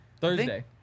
Thursday